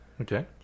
Okay